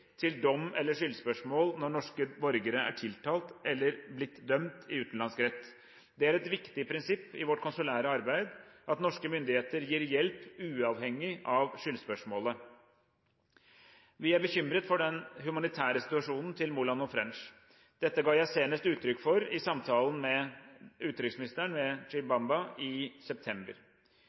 til dom eller skyldspørsmål når norske borgere er tiltalt eller er blitt dømt i utenlandsk rett. Det er et viktig prinsipp i vårt konsulære arbeid at norske myndigheter gir hjelp uavhengig av skyldspørsmålet. Vi er bekymret for den humanitære situasjonen til Moland og French. Dette ga jeg senest uttrykk for i samtalen med utenriksminister Tshibanda i september.